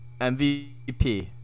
MVP